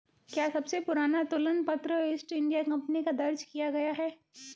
क्या सबसे पुराना तुलन पत्र ईस्ट इंडिया कंपनी का दर्ज किया गया है?